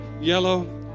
yellow